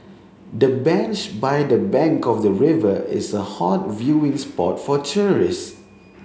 the bench by the bank of the river is a hot viewing spot for tourists